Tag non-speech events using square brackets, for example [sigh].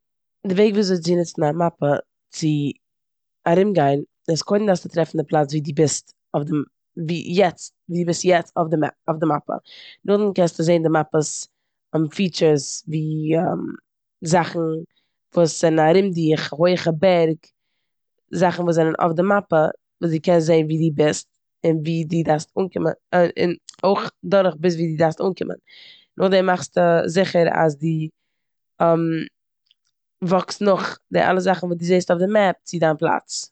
די וועג וויאזוי צו נוצן א מאפע צו ארומגיין איז קודם דארפסטו טרעפן די פלאץ ווי די בוסט ווי- יעצט- די בוסט יעצט אויף די מע- אויף די מאפע. נאכדעם קענסטו זען די מאפעס [hesitation] פיטשערס ווי [hesitation] זאכן וואס זענען ארום דיך, הויעכע בערג, זאכן וואס זענען אויף די מאפע וואס די קענסט זען ווי די בוסט און ווי דארפסט אנקומע- [hesitation] און אויך דורך ביז ווי די דארפסט אנקומען. נאכדעם מאכסטו זיכער אז די [hesitation] וואקסט נאך די אלע זאכן וואס די זעסט אויף די מעפ צו דיין פלאץ.